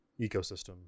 ecosystem